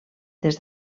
des